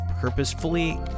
purposefully